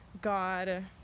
god